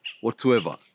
whatsoever